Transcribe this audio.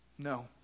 No